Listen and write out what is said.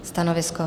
Stanovisko?